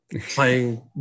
Playing